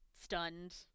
stunned